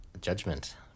judgment